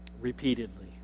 repeatedly